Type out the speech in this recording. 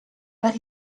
but